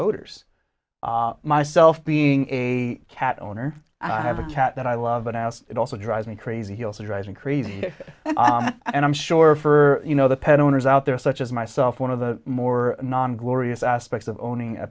odors myself being a cat owner and i have a cat that i love and i asked it also drives me crazy also drives me crazy and i'm sure for you know the pet owners out there such as myself one of the more non glorious aspects of owning a